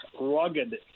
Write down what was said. Rugged